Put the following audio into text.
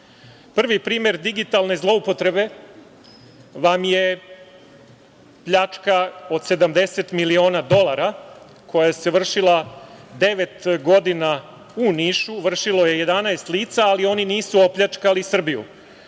primer digitalne zloupotrebe vam je pljačka od 70 miliona dolara koja se vršila devet godina u Nišu. Vršilo je 11 lica, ali oni nisu opljačkali Srbiju.